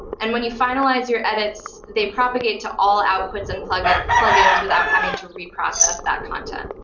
and when you finalize your edits, they propagate to all outputs and plug-ins plug-ins without having to reprocess that content.